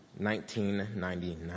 1999